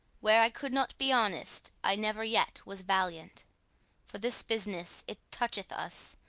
where i could not be honest, i never yet was valiant for this business, it toucheth us,